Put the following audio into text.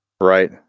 Right